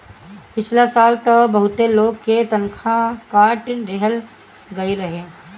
पिछला साल तअ बहुते लोग के तनखा काट लेहल गईल रहे